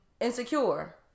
insecure